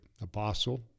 apostle